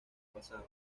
pasado